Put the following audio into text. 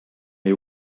nii